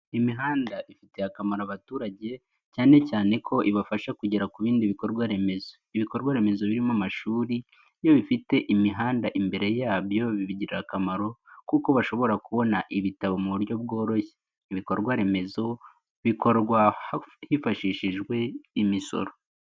Imihanda ifitiye akamaro abaturage cyane cyane ko ibafasha kugera ku bindi bikorwa remezo, ibikorwaremezo birimo amashuri iyo bifite imihanda imbere yabyo bibigirira akamaro kuko bashobora kubona ibitabo mu buryo bworoshye, ibikorwaremezo bikorwa hifashishijwe imisoro.